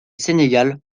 sénégal